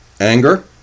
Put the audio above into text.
Anger